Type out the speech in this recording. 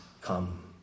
come